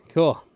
Cool